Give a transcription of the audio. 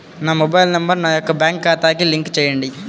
నా mobile number నా యొక్క బ్యాంక్ ఖాతాకి లింక్ చేయండీ?